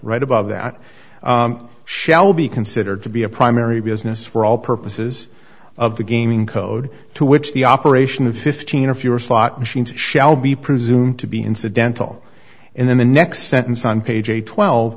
right above that shall be considered to be a primary business for all purposes of the gaming code to which the operation of fifteen or fewer slot machines shall be presumed to be incidental and then the next sentence on page eight